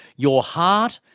your heart,